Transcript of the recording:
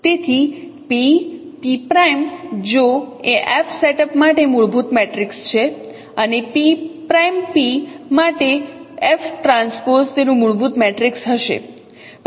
તેથી P P' જો એ F સેટઅપ માટે મૂળભૂત મેટ્રિક્સ છે અને P' P માટે FT તેનું મૂળભૂત મેટ્રિક્સ હશે